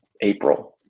april